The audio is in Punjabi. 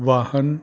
ਵਾਹਨ